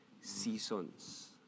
seasons